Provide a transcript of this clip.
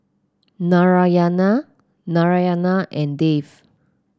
Narayana Narayana and Dev